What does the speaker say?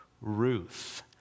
Ruth